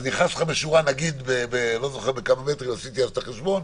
אז נכנס לך בשורה אני לא זוכר בכמה מטרים עשיתי אז את החשבון,